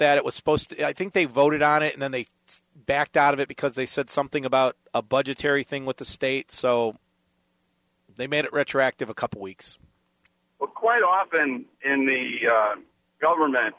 that it was supposed to i think they voted on it and then they backed out of it because they said something about a budgetary thing with the state so they made it retroactive a couple weeks but quite often in the government